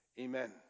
Amen